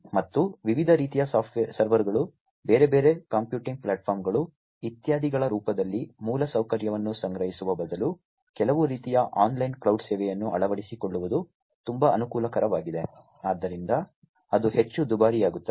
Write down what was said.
ಮತ್ತು ವಿವಿಧ ರೀತಿಯ ಸರ್ವರ್ಗಳು ಬೇರೆ ಬೇರೆ ಕಂಪ್ಯೂಟಿಂಗ್ ಪ್ಲಾಟ್ಫಾರ್ಮ್ಗಳು ಇತ್ಯಾದಿಗಳ ರೂಪದಲ್ಲಿ ಮೂಲಸೌಕರ್ಯವನ್ನು ಸಂಗ್ರಹಿಸುವ ಬದಲು ಕೆಲವು ರೀತಿಯ ಆನ್ಲೈನ್ ಕ್ಲೌಡ್ ಸೇವೆಯನ್ನು ಅಳವಡಿಸಿಕೊಳ್ಳುವುದು ತುಂಬಾ ಅನುಕೂಲಕರವಾಗಿದೆ ಆದ್ದರಿಂದ ಅದು ಹೆಚ್ಚು ದುಬಾರಿಯಾಗುತ್ತದೆ